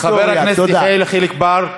חבר הכנסת יחיאל חיליק בר,